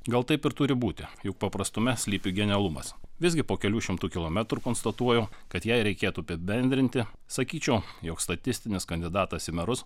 gal taip ir turi būti juk paprastume slypi genialumas visgi po kelių šimtų kilometrų konstatuoju kad jei reikėtų apibendrinti sakyčiau jog statistinis kandidatas į merus